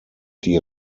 die